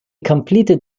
completed